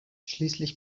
schließlich